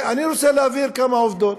אני רוצה להבהיר כמה עובדות.